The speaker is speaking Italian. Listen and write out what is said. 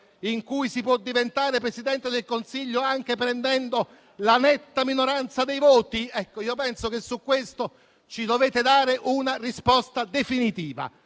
in cui si può diventare Presidente del Consiglio anche prendendo la netta minoranza dei voti? Penso che su questo ci dobbiate dare una risposta definitiva,